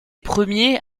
premiers